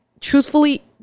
truthfully